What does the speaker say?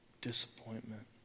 disappointment